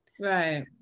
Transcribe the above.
Right